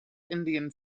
indian